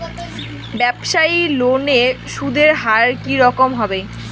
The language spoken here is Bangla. ব্যবসায়ী লোনে সুদের হার কি রকম হবে?